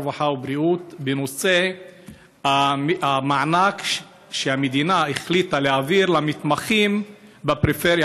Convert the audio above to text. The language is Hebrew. הרווחה והבריאות בנושא המענק שהמדינה החליטה להעביר למתמחים בפריפריה,